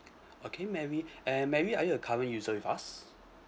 okay mary and mary are you a current user with us